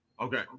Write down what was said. Okay